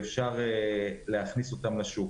שאפשר להכניס אותם לשוק.